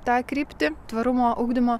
tą kryptį tvarumo ugdymo